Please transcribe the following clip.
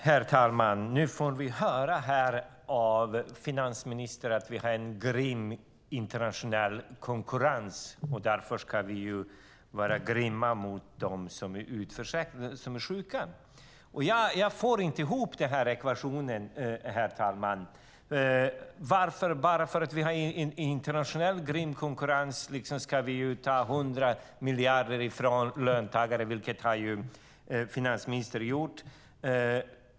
Herr talman! Nu får vi höra här av finansministern att vi har en grym internationell konkurrens och att vi därför ska vara grymma mot dem som är sjuka. Jag får inte ihop ekvationen, herr talman, att bara för att vi har en grym internationell konkurrens ska vi ta 100 miljarder från löntagarna. Det har finansministern gjort.